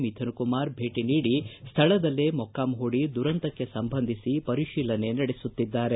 ಮಿಥುನ್ ಕುಮಾರ್ ಭೇಟಿ ನೀಡಿ ಸ್ವಳದಲ್ಲೇ ಮೊಕ್ಕಾಂ ಪೂಡಿ ದುರಂತಕ್ಕೆ ಸಂಬಂಧಿಸಿ ಪರಿಶೀಲನೆ ನಡೆಸುತ್ತಿದ್ದಾರೆ